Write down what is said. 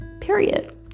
period